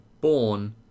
born